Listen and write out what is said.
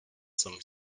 some